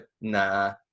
nah